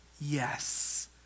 Yes